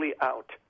out